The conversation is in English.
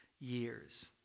years